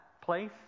place